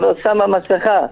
אבל שמה מסכה.